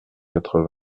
quatre